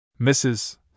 Mrs